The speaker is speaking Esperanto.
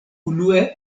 unue